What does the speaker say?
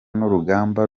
n’urugamba